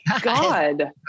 God